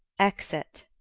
exit